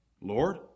Lord